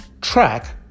track